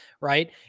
right